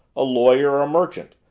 a lawyer, a merchant,